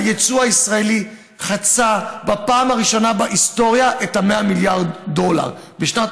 היצוא הישראלי חצה בפעם הראשונה בהיסטוריה את ה-100 מיליארד דולר בשנת